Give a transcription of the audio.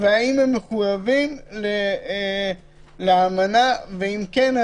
והאם הם מחויבים לאמנה, ואם כן,